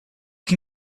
can